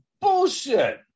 bullshit